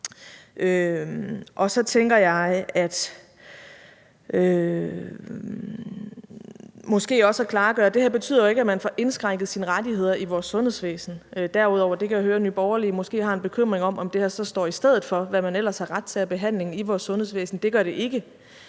ikke betyder, at man får indskrænket sine rettigheder i vores sundhedsvæsen derudover. Det kan jeg høre, at Nye Borgerlige måske har en bekymring om, altså om det her så står i stedet for, hvad man ellers har ret til af behandling i vores sundhedsvæsen. Det gør det ikke.